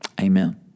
Amen